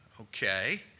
okay